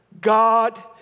God